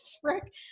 frick